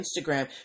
Instagram